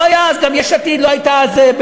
גם יש עתיד לא הייתה אז,